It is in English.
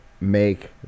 make